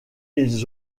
ils